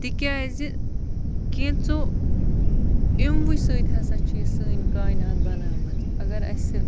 تِکیٛازِ کیٚنٛژھو یِموٕے سۭتۍ ہسا چھِ یہِ سٲنۍ کاِینات بنٲومٕژ اگر اَسہِ